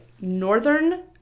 Northern